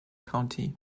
county